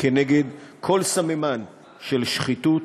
נגד כל סממן של שחיתות